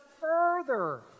further